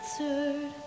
answered